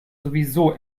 sowieso